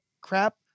crap